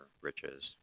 riches